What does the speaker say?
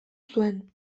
zuten